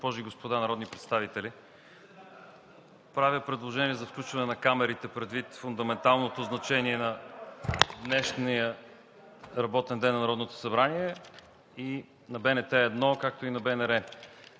господа народни представители! Правя предложение за включване на камерите предвид фундаменталното значение на днешния работен ден на Народното събрание – и на БНТ 1, както и на БНР,